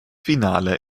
finale